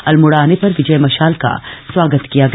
अल्मोड़ा आने पर विजय मशाल का स्वागत किया गया